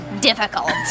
difficult